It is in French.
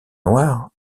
noire